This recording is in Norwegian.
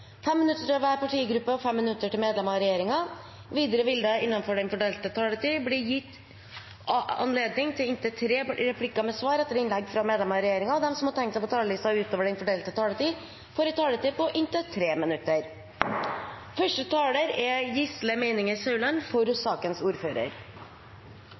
fem replikker med svar etter innlegg fra medlemmer av regjeringen, og de som måtte tegne seg på talerlisten utover den fordelte taletid, får en taletid på inntil 3 minutter. Jeg er første taler, men det betyr ikke at jeg er